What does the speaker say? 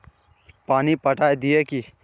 पानी पटाय दिये की?